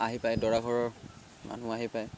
আহি পায় দৰা ঘৰৰ মানুহ আহি পায়